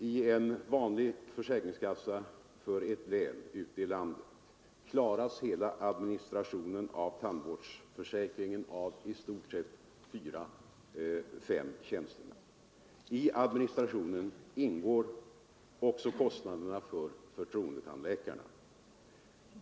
I en vanlig försäkringskassa för ett län ute i landet klaras hela administrationen av tandvårdsförsäkringen av i stort sett fyra, fem tjänstemän. I administrationen ingår också kostnaderna för förtroendetandläkarna.